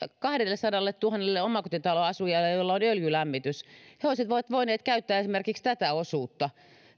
kahdellesadalletuhannelle omakotitaloasujalle joilla on öljylämmitys he olisivat voineet käyttää esimerkiksi tätä osuutta